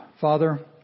Father